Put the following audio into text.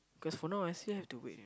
cause for now I still have to wait you know